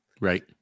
Right